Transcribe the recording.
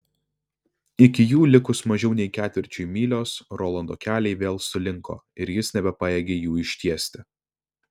iki jų likus mažiau nei ketvirčiui mylios rolando keliai vėl sulinko ir jis nebepajėgė jų ištiesti